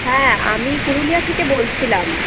হ্যাঁ আমি পুরুলিয়া থেকে বলছিলাম